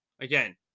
Again